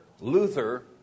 Luther